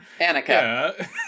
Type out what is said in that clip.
Anika